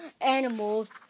animals